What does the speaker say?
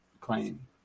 claim